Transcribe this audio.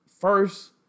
first